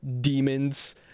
demons